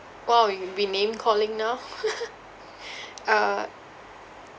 !wow! you'd be name calling now uh